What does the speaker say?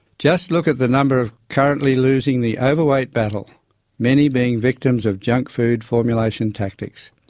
just look at the number currently losing the over-weight battle many being victims of junk-food formulation tactics.